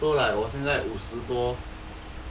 so like 我现在五十多